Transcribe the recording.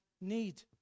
need